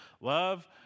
Love